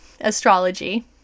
astrology